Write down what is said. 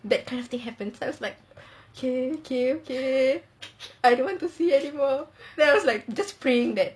that kind of thing happens so I was like okay okay okay I don't want to see anymore then I was like just praying that